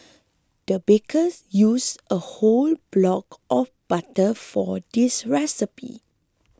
the bakers used a whole block of butter for this recipe